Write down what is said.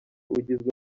ugizwe